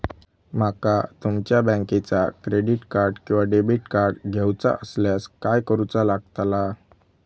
माका तुमच्या बँकेचा क्रेडिट कार्ड किंवा डेबिट कार्ड घेऊचा असल्यास काय करूचा लागताला?